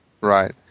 Right